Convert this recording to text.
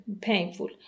painful